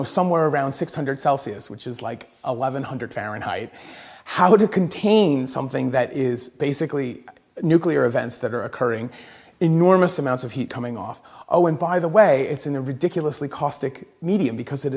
know somewhere around six hundred celsius which is like a live in hundred fahrenheit how to contain something that is basically nuclear events that are occurring enormous amounts of heat coming off oh and by the way it's in a ridiculously caustic medium because it